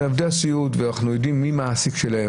אנחנו יודעים מי המעסיק שלהם,